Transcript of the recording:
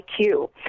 IQ